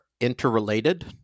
interrelated